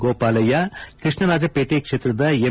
ಗೋಪಾಲಯ್ಯ ಕೃಷ್ಣರಾಜಪೇಟೆ ಕ್ಷೇತ್ರದ ಎಂ